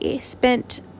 spent